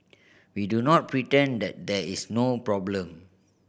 we do not pretend that there is no problem